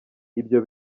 ibyo